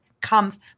comes